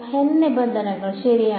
N നിബന്ധനകൾ ശരിയാണ്